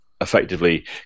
effectively